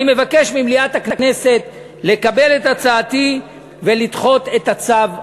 אני מבקש ממליאת הכנסת לקבל את הצעתי ולדחות את הצו,